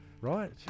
Right